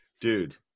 Dude